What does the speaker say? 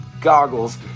goggles